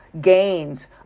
gains